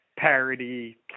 parody